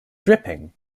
dripping